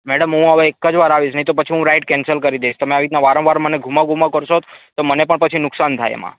madam હું હવે એક જ વાર આવીશ નહીં તો હું પછી રાઈડ કેન્સલ કરી દઇશ આવી રીતના વારંવાર ઘુમાવ ઘુમાવ કરશો તો મને પણ પછી નુકસાન થાય એમાં